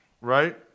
right